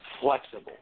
flexible